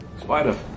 Spider